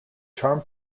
charm